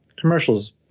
commercials